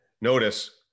notice